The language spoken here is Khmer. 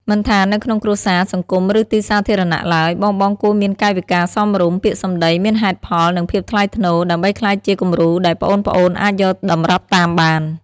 មិនថានៅក្នុងគ្រួសារ សង្គម ឬទីសាធារណៈឡើយ បងៗគួរមានកាយវិការសមរម្យ ពាក្យសម្ដីមានហេតុផល និងភាពថ្លៃថ្នូរ ដើម្បីក្លាយជាគំរូដែលប្អូនៗអាចយកតម្រាប់តាមបាន។